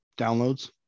downloads